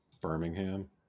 Birmingham